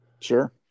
Sure